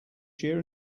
year